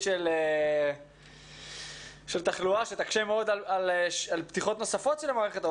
של תחלואה שתקשה מאוד על פתיחות נוספות של המערכת.